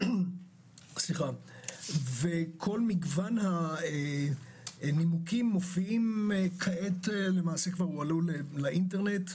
כל מגוון הנימוקים מופיעים כעת כבר הועלו לאינטרנט.